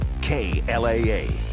KLAA